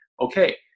okay